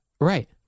right